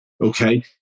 Okay